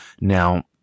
Now